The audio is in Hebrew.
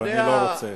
אני לא רוצה,